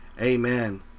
Amen